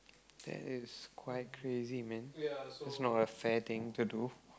that is quite crazy man that's not a fair thing to do